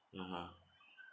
(uh huh)